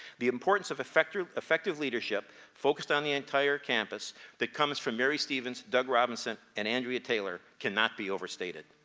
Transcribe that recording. the importance of effective effective leadership focused on the entire campus that comes from mary stevens, doug robinson, and andrea taylor cannot be overstated.